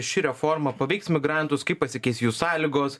ši reforma paveiks imigrantus kaip pasikeis jų sąlygos